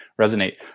resonate